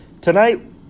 Tonight